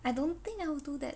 I don't think I will do that